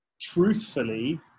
truthfully